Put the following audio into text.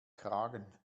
kragen